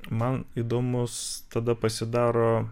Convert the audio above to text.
man įdomus tada pasidaro